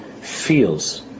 feels